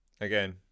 again